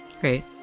Great